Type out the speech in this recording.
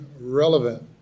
relevant